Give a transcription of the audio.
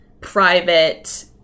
private